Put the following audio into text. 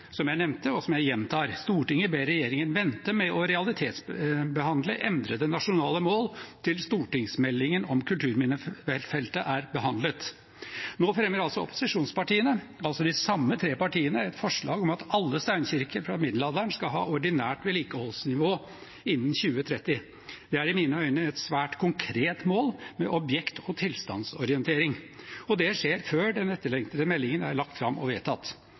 jeg nevnte, og som jeg gjentar: «Stortinget ber regjeringen vente med å realitetsbehandle endrede nasjonale mål til stortingsmeldingen om kulturminnefeltet er behandlet.» Nå fremmer opposisjonspartiene, altså de samme tre partiene, et forslag om at alle steinkirker fra middelalderen skal ha ordinært vedlikeholdsnivå innen 2030. Det er i mine øyne et svært konkret mål med objekt- og tilstandsorientering, og det skjer før den etterlengtede meldingen er lagt fram og vedtatt.